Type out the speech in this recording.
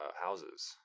houses